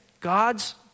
gods